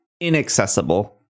inaccessible